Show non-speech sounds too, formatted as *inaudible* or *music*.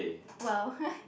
well *laughs*